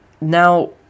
Now